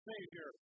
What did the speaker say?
Savior